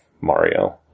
Mario